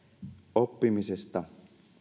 oppimisesta